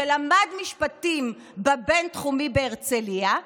שלמד משפטים בבינתחומי בהרצליה,